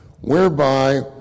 whereby